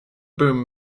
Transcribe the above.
boom